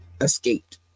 escaped